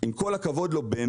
עם כל הכבוד לו,